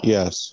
Yes